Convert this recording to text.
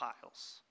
piles